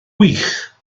wych